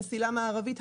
המסילה המערבית,